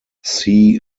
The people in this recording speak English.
see